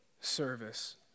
service